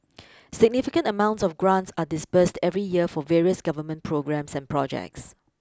significant amounts of grants are disbursed every year for various Government programmes and projects